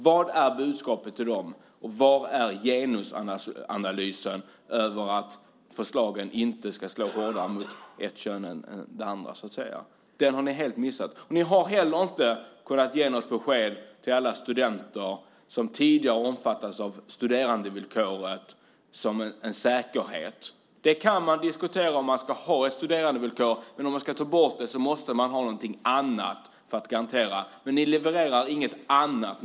Vad är alltså budskapet till de här människorna och var finns genusanalysen när det gäller att förslagen inte ska slå hårdare mot det ena könet än mot det andra? Det där har ni helt missat. Inte heller har ni kunnat ge något besked till alla de studenter som tidigare omfattades av studerandevillkoret som en säkerhet. Om man ska ha studerandevillkoret kan diskuteras. Men ska det tas bort måste det finnas någonting annat som ger en garanti. Ni levererar dock inte någonting annat.